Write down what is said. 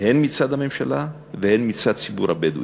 הן מצד הממשלה והן מצד ציבור הבדואים.